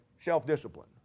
self-discipline